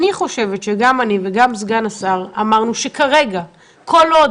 אני חושבת שגם אני וגם סגן השר אמרנו שכרגע כל עוד